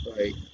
Right